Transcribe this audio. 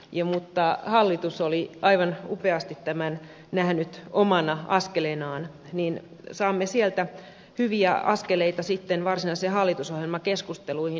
mutta hallitus oli aivan upeasti tämän nähnyt omana askelenaan niin että saamme sieltä hyviä askeleita sitten varsinaisiin hallitusohjelmakeskusteluihin